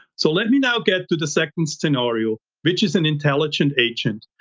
so let me now get to the second scenario, which is an intelligent agent.